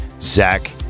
Zach